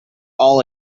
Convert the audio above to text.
all